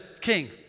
king